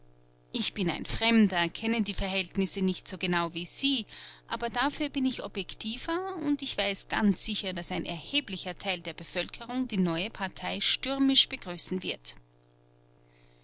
ich bin ein fremder kenne die verhältnisse nicht so genau wie sie aber dafür bin ich objektiver und ich weiß ganz sicher daß ein erheblicher teil der bevölkerung die neue partei stürmisch begrüßen wird